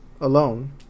alone